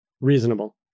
Reasonable